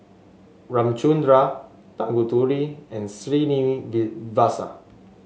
Ramchundra Tanguturi and